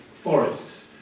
forests